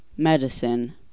Medicine